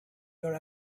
your